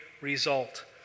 result